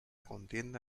contienda